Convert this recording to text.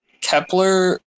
Kepler